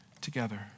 together